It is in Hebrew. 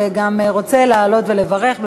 שגם רוצה לעלות ולברך.